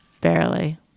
Barely